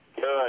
Good